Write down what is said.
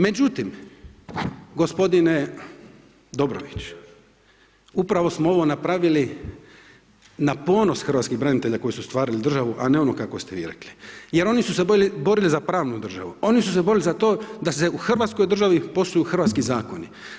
Međutim, gospodine Dobrović upravo smo ovo napravili na ponos Hrvatskih branitelja koji su stvarali državu, a ne ono kako ste vi rekli, jer oni su se borili za pravnu državu, oni su se borili za to da se u Hrvatskoj državi poštuju hrvatski zakoni.